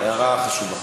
הערה חשובה.